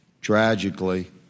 tragically